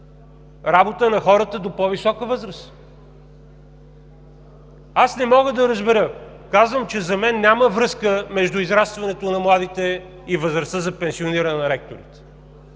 работа на хората до по-висока възраст. Казвам, че за мен няма връзка между израстването на младите и възрастта за пенсиониране на ректорите